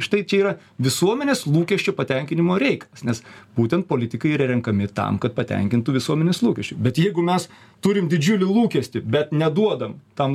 štai čia yra visuomenės lūkesčių patenkinimo reik nes būtent politikai ir renkami tam kad patenkintų visuomenės lūkesčių bet jeigu mes turim didžiulį lūkestį bet neduodam tam